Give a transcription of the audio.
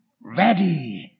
ready